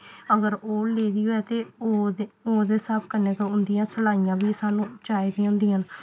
अगर ओह् लेदी होऐ ते ओह्दे ओह्दे स्हाब कन्नै गै उंदियां सलाइयां बी सानूं चाहिदियां होंदियां न